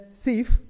thief